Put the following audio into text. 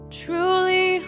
truly